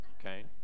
Okay